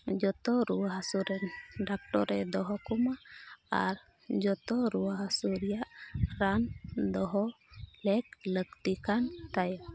ᱡᱚᱛᱚ ᱨᱩᱣᱟᱹ ᱦᱟᱹᱥᱩ ᱨᱮᱱ ᱰᱟᱠᱛᱚᱨ ᱮ ᱫᱚᱦᱚ ᱠᱚ ᱢᱟ ᱟᱨ ᱡᱚᱛᱚ ᱨᱩᱣᱟᱹ ᱦᱟᱹᱥᱩ ᱨᱮᱭᱟᱜ ᱨᱟᱱ ᱫᱚᱦᱚ ᱞᱮᱠ ᱞᱟᱹᱠᱛᱤ ᱠᱟᱱ ᱛᱟᱭᱟ